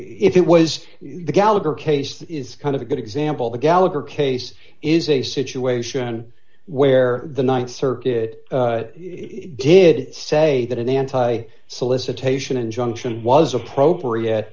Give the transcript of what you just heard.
if it was the gallagher case that is kind of a good example the gallagher case is a situation where the th circuit did say that an anti solicitation injunction was appropriate